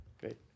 Great